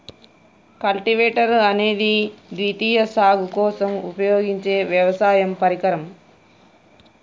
cultivator అనేది ద్వితీయ సాగు కోసం ఉపయోగించే వ్యవసాయ పరికరం